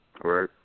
Right